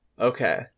Okay